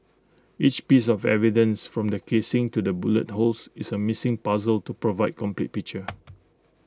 each piece of evidence from the casings to the bullet holes is A missing puzzle to provide complete picture